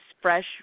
fresh